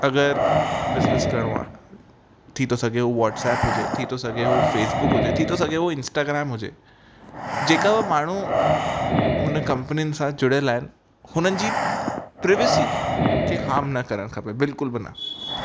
अगरि बिज़निस करिणो आहे थी थो सघे उअ वाट्सेप हुजे थी थो सघे उहा उहो फेसबुक हुजे थी थो सघे उहो इंस्टाग्राम हुजे जेका बि माण्हू हुन कंपनियुनि सां जुड़ियलु आहिनि हुननि जी प्रीवेसी खे हार्म न करणु खपे बिल्कुल बि न